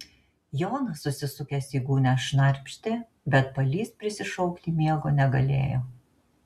jonas susisukęs į gūnią šnarpštė bet palys prisišaukti miego negalėjo